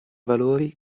valori